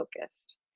focused